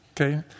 Okay